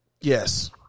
yes